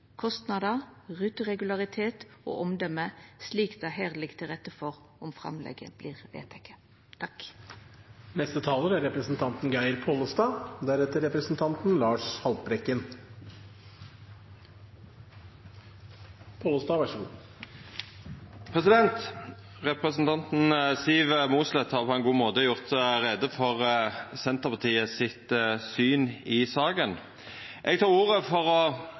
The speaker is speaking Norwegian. kostnader, ruteregularitet og omdømme, slik det her ligg til rette for om framlegget vert vedteke. Representanten Siv Mossleth har på ein god måte gjort greie for Senterpartiet sitt syn i saka. Eg tok ordet for å